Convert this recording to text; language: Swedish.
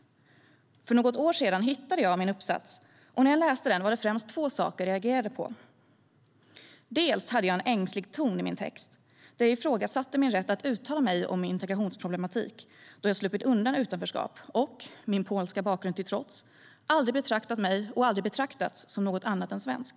För något år sedan hittade jag min uppsats, och när jag läste den var det främst två saker jag reagerade på. Först och främst hade jag en ängslig ton i min text. Jag ifrågasatte min rätt att uttala mig om integrationsproblematiken då jag sluppit undan utanförskap och, min polska bakgrund till trots, aldrig betraktat mig själv - och aldrig betraktats - som något annat än svensk.